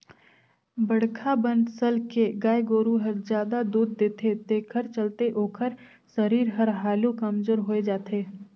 बड़खा बनसल के गाय गोरु हर जादा दूद देथे तेखर चलते ओखर सरीर हर हालु कमजोर होय जाथे